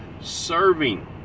serving